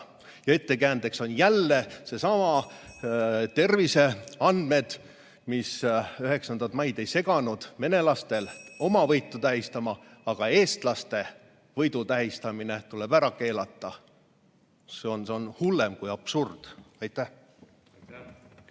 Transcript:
Ettekäändeks on jälle terviseandmed, mis 9. mail ei seganud venelastel oma võitu tähistamast, aga eestlaste võidu tähistamine tuleb ära keelata. See on hullem kui absurd. Aitäh!